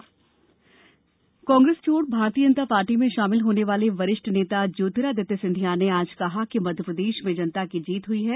इस्तीफा प्रतिक्रिया कांग्रेस छोड भारतीय जनता पार्टी में शामिल होने वाले वरिष्ठ नेता ज्योतिरादित्य सिंधिया ने आज कहा कि मध्यप्रदेश में जनता की जीत हुयी है